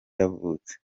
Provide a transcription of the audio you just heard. yavutse